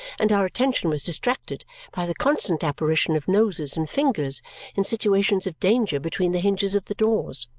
and our attention was distracted by the constant apparition of noses and fingers in situations of danger between the hinges of the doors.